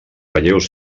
relleus